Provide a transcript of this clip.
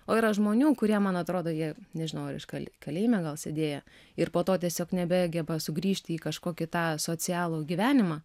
o yra žmonių kurie man atrodo jie nežinau ar iš kal kalėjime gal sėdėję ir po to tiesiog nebegeba sugrįžti į kažkokį tą socialų gyvenimą